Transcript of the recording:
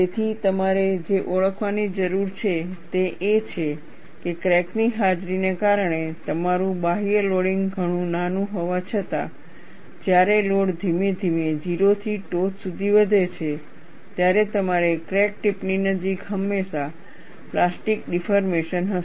તેથી તમારે જે ઓળખવાની જરૂર છે તે એ છે કે ક્રેકની હાજરીને કારણે તમારું બાહ્ય લોડિંગ ઘણું નાનું હોવા છતાં જ્યારે લોડ ધીમે ધીમે 0 થી ટોચ સુધી વધે છે ત્યારે તમારે ક્રેક ટીપની નજીક હંમેશા પ્લાસ્ટિક ડિફોર્મેશન હશે